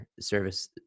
service